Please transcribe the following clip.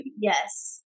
Yes